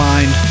Mind